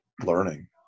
learning